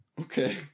Okay